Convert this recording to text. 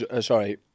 Sorry